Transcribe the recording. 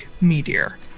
meteor